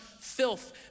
filth